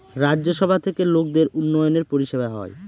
রাজ্য সভা থেকে লোকদের উন্নয়নের পরিষেবা হয়